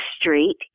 street